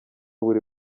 buri